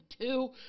two